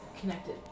connected